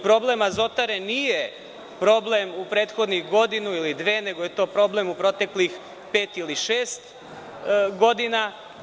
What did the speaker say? Problem Azotare nije problem u prethodnih godinu ili dve, nego je to problem u proteklih pet ili šest godina.